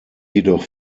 jedoch